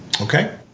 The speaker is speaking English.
Okay